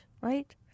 right